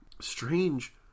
Strange